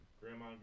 Grandma